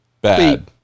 Bad